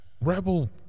Rebel